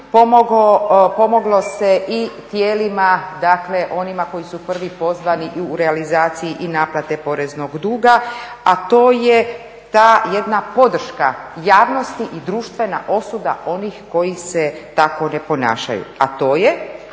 pomoglo se i tijelima, dakle onima koji su prvi pozvani u realizaciji i naplate poreznog duga, a to je ta jedna podrška javnosti i društvena osuda onih koji se tako ne ponašaju. A to je